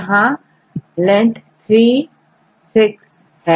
यहां लेंथ3 6 है